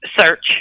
search